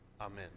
Amen